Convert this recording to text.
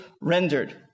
rendered